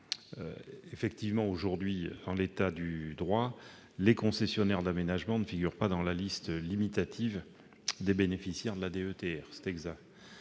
Gouvernement ? Aujourd'hui, en l'état du droit, les concessionnaires d'aménagements ne figurent pas dans la liste limitative des bénéficiaires de la DETR, c'est exact.